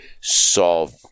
solve